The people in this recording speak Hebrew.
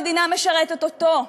ולא המדינה משרתת אותו.